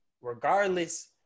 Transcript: regardless